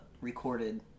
recorded